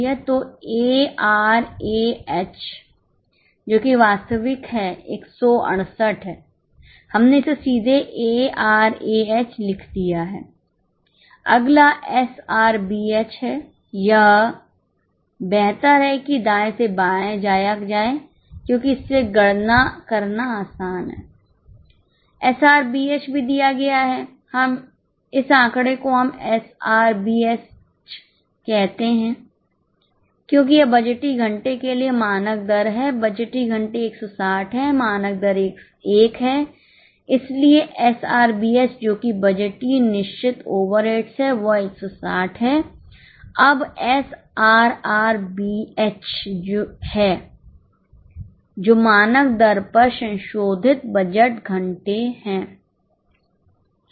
तो एआरएएच है जो मानक दर पर संशोधित बजट घंटे है